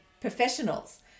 professionals